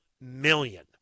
million